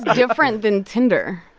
different than tinder?